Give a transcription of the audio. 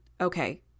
okay